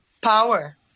power